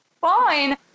fine